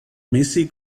macy